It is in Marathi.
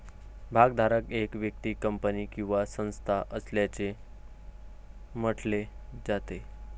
भागधारक एक व्यक्ती, कंपनी किंवा संस्था असल्याचे म्हटले जाते